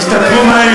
תשתפרו מהר